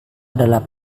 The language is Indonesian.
adalah